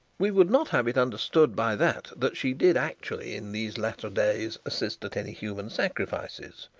we would not have it understood by that, that she did actually in these latter days assist at any human sacrifices,